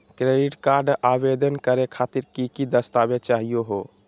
Credit card आवेदन करे खातिर की की दस्तावेज चाहीयो हो?